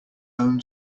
own